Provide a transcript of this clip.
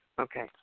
Okay